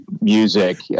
music